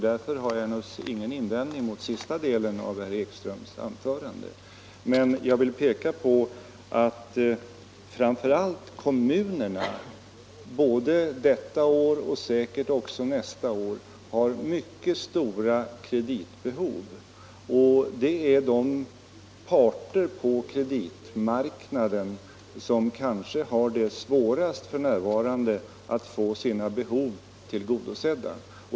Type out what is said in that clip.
Därför har jag naturligtvis ingen invändning mot den sista delen av herr Ekströms Men jag vill peka på att framför allt kommunerna, både detta år och Tisdagen den säkerligen också nästa år, har mycket stora kreditbehov. Kommunerna 10 december 1974 är den part på kreditmarknaden som för närvarande kanske har det svårast att få sina behov tillgodosedda.